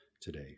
today